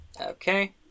Okay